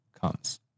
comes